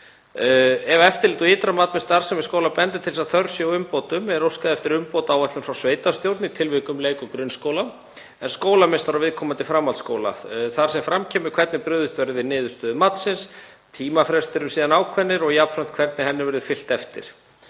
Ef eftirlit og ytra mat með starfsemi skóla bendir til þess að þörf sé á umbótum er óskað eftir umbótaáætlun frá sveitarstjórn í tilvikum leik- og grunnskóla en skólameistara viðkomandi framhaldsskóla þar sem fram kemur hvernig brugðist verði við niðurstöðu matsins. Tímafrestir eru síðan ákveðnir og jafnframt hvernig áætluninni verður fylgt eftir.